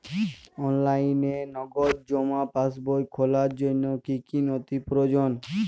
অনলাইনে নগদ জমা পাসবই খোলার জন্য কী কী নথি প্রয়োজন?